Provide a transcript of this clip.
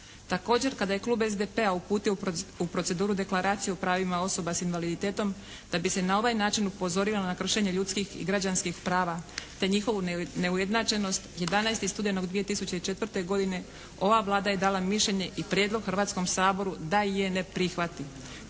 Također kada je klub SDP-a uputio u proceduru deklaraciju o pravima osoba s invaliditetom da bi se na ovaj način upozorilo na kršenje ljudskih i građanskih prava te njihovu neujednačenost 11. studenog 2004. godine ova Vlada je dala mišljenje i prijedlog Hrvatskom saboru da je ne prihvati.